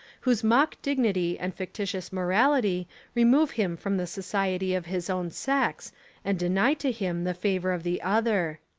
whose mock dignity and ficti tious morality remove him from the society of his own sex and deny to him the favour of the other.